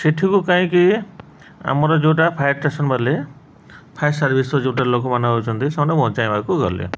ସେଠିକୁ କାହିଁକି ଆମର ଯେଉଁଟା ଫାୟାର୍ ଷ୍ଟେସନ୍ ବୋଇଲେ ଫାୟାର୍ ସର୍ଭିସର ଯେଉଁଟା ଲୋକମାନେ ହେଉଛନ୍ତି ସେମାନେ ବଞ୍ଚାଇବାକୁ ଗଲେ